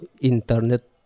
internet